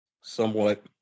Somewhat